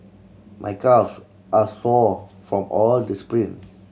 my calves are sore from all the sprint